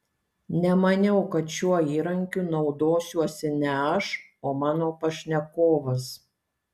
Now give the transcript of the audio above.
nemaniau kad šiuo įrankiu naudosiuosi ne aš o mano pašnekovas